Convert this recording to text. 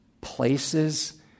places